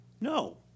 No